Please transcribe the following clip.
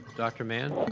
dr. mann?